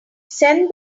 send